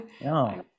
No